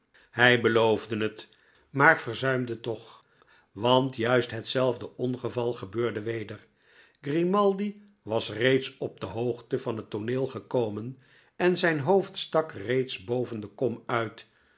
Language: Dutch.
hij beloofde het maar verzuimde het toch want juist hetzelfde ongeval gebeurde weder grimaldi was reeds op de hoogte van het tooneel gekomen en zijn hoofd stak reeds boven de kom uit